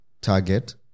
target